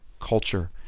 culture